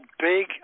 big